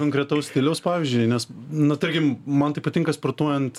konkretaus stiliaus pavyzdžiui nes nu tarkim man tai patinka sportuojant